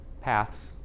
paths